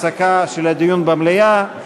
גם זה לא ראוי מבחינת ההפסקה של הדיון במליאה,